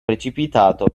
precipitato